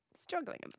Struggling